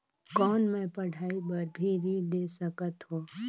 कौन मै पढ़ाई बर भी ऋण ले सकत हो?